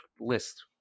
list